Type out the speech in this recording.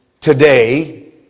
today